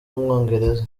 w’umwongereza